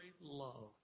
love